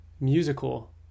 musical